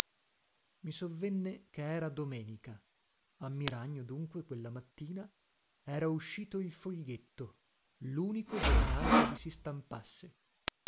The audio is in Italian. i sovvenne che era domenica a miragno dunque quella mattina era uscito il foglietto lunico giornale che vi si